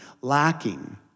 lacking